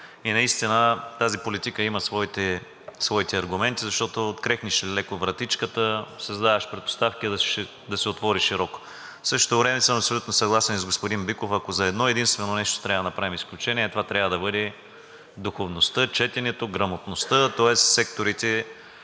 и наистина тази политика има своите аргументи, защото открехнеш ли леко вратичката, създаваш предпоставки да се отвори широко. В същото време съм абсолютно съгласен и с господин Биков, ако за едно единствено нещо трябва да направим изключение, това трябва да бъде духовността, четенето, грамотността, тоест секторите,